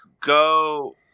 go